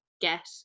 get